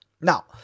now